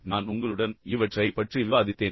பின்னர் நான் உங்களுடன் இவற்றை பற்றி விவாதித்தேன்